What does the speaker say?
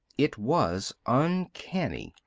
it was uncanny.